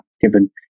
given